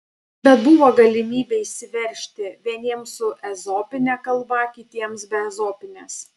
bet buvo galimybė išsiveržti vieniems su ezopine kalba kitiems be ezopinės